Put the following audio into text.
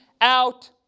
out